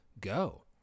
go